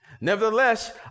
Nevertheless